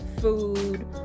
food